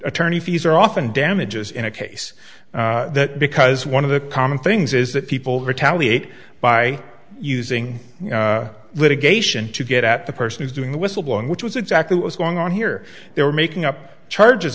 attorney fees are often damages in a case because one of the common things is that people retaliate by using litigation to get at the person who's doing the whistleblowing which was exactly what was going on here they were making up charges